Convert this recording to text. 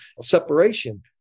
separation